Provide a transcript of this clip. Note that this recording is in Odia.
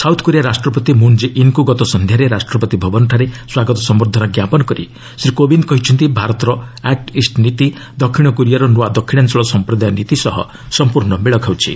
ସାଉଥ୍କୋରିଆ ରାଷ୍ଟ୍ରପତି ମୁନ୍ ଜେ ଇନ୍ଙ୍କୁ ଗତ ସଂଧ୍ୟାରେ ରାଷ୍ଟ୍ରପତି ଭବନଠାରେ ସ୍ୱାଗତ ସମ୍ଭର୍ଦ୍ଧନା ଜ୍ଞାପନ କରି ଶ୍ରୀ କୋବିନ୍ଦ କହିଛନ୍ତି ଭାରତର ଆକୁ ଇଷ୍ଟ ନୀତି ଦକ୍ଷିଣ କୋରିଆର ନୂଆ ଦକ୍ଷିଣାଞ୍ଚଳ ସମ୍ପ୍ରଦାୟ ନୀତି ସହ ସମ୍ପର୍ଣ୍ଣ ମେଳ ଖାଉଛି